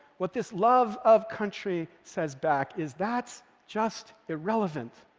what this love of country says back is, that's just irrelevant.